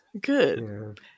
Good